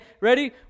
Ready